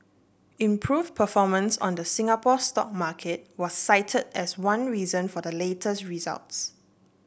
improved performance on the Singapore stock market was cited as one reason for the latest results